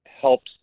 helps